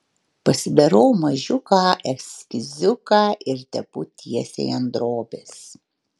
pasidarau mažiuką eskiziuką ir tepu tiesiai ant drobės